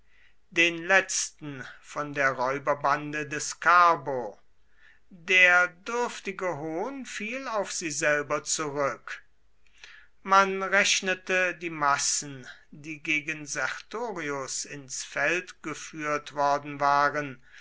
den letzten von der räuberbande des carbo der dürftige hohn fiel auf sie selber zurück man rechnete die massen die gegen sertorius ins feld geführt worden waren